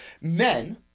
men